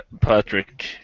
Patrick